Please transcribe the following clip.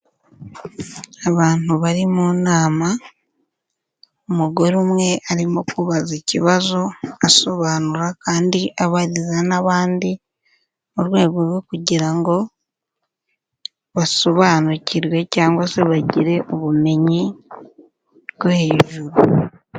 Abantu bari mu nama, umugore umwe arimo kubaza ikibazo, asobanura kandi abaza n'abandi mu rwego rwo kugira ngo basobanukirwe cyangwa se bagire ubumenyi bwo hejuru.